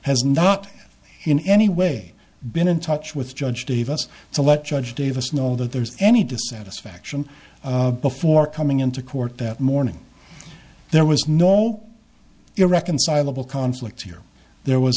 has not in any way been in touch with judge davis to let judge davis know that there's any dissatisfaction before coming into court that morning there was no irreconcilable conflict here there was